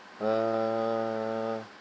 uh